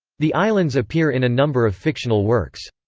the islands appear in a number of fictional works.